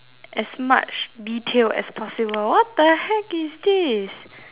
as much detail as possible what the heck is this